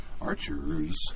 Archers